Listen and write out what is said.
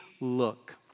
look